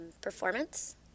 performance